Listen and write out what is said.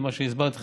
זה מה שהסברתי לך.